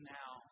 now